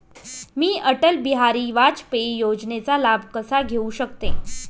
मी अटल बिहारी वाजपेयी योजनेचा लाभ कसा घेऊ शकते?